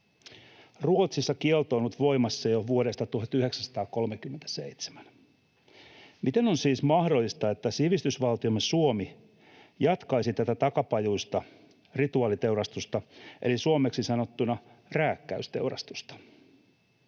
Ruotsissa kielto on ollut voimassa jo vuodesta 1937. Miten on siis mahdollista, että sivistysvaltiomme Suomi jatkaisi tätä takapajuista rituaaliteurastusta eli suomeksi sanottuna rääkkäysteurastusta?